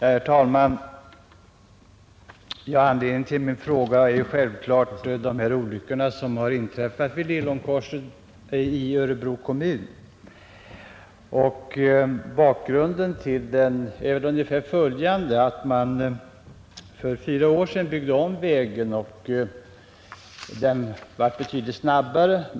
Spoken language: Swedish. Herr talman! Anledningen till frågan är självfallet de olyckor som har inträffat vid Lillånkorset i Örebro kommun. Bakgrunden är följande. För ungefär fyra år sedan byggde man om vägen, och den blev då betydligt snabbare.